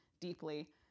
deeply